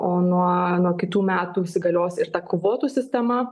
o nuo nuo kitų metų įsigalios ir ta kvotų sistema